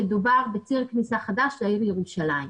מדובר בציר כניסה חדש לעיר ירושלים.